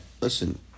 listen